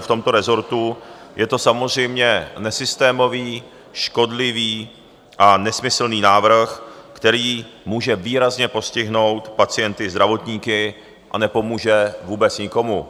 V tomto resortu je to samozřejmě nesystémový, škodlivý a nesmyslný návrh, který může výrazně postihnout pacienty, zdravotníky a nepomůže vůbec nikomu.